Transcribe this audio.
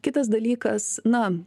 kitas dalykas na